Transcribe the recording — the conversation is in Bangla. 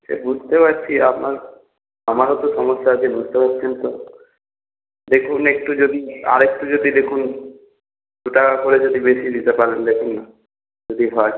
সে বুঝতে পারছি আপনার আমারও তো সমস্যা আছে বুঝতে পারছেন তো দেখুন একটু যদি আর একটু যদি দেখুন দু টাকা করে যদি বেশি দিতে পারেন দেখুন না যদি হয়